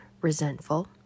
resentful